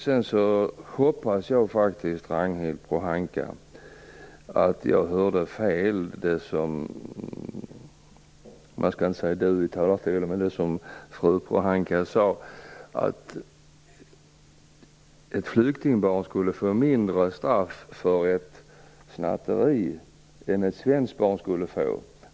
Sedan, hoppas jag faktiskt att jag hörde fel när Ragnhild Pohanka sade att ett flyktingbarn skulle få mindre straff för ett snatteri än vad ett svenskt barn skulle få.